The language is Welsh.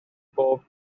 bob